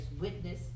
witness